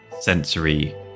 sensory